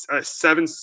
seven